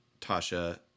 Tasha